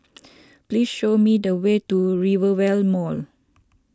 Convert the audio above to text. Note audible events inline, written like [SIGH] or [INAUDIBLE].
[NOISE] please show me the way to Rivervale Mall